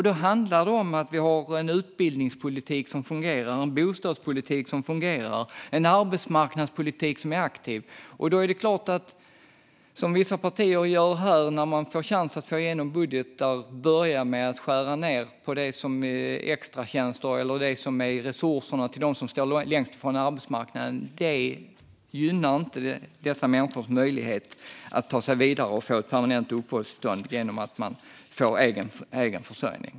Det handlar om att ha en fungerande utbildnings och bostadspolitik och en aktiv arbetsmarknadspolitik. När vissa partier får en chans att få igenom en budget börjar de att skära ned på sådant som extratjänster eller resurser till dem som står längst från arbetsmarknaden. Det gynnar inte dessa människors möjligheter att ta sig vidare och få permanent uppehållstillstånd genom egen försörjning.